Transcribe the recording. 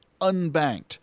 unbanked